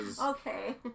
Okay